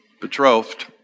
betrothed